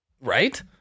Right